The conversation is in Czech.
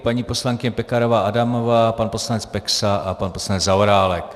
Paní poslankyně Pekarová Adamová, pan poslanec Peksa a pan poslanec Zaorálek.